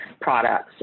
products